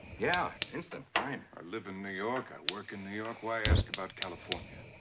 yeah. instant. fine. i live in new york. i work in new york. why ask about california?